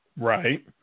Right